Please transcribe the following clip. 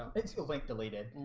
um it's yeah like deleted